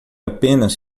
apenas